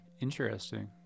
Interesting